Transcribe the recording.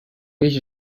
beach